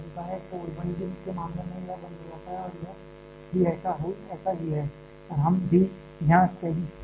तो 1D के मामले में यह बंद हो जाता है और यह भी ऐसा ही है और हम भी यहाँ स्टेडी स्टेट में हैं